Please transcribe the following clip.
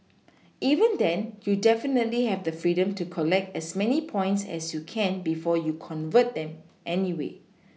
even then you definitely have the freedom to collect as many points as you can before you convert them anyway